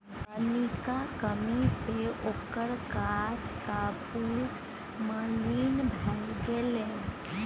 पानिक कमी सँ ओकर गाछक फूल मलिन भए गेलै